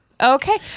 Okay